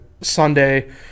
sunday